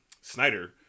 Snyder